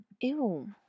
ew